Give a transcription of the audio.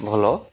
ଭଲ